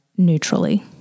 Neutrally